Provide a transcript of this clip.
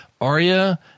Arya